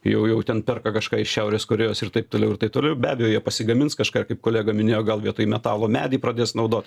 jau jau ten perka kažką iš šiaurės korėjos ir taip toliau ir taip toliau be abejo jie pasigamins kažką kaip kolega minėjo gal vietoj metalo medį pradės naudot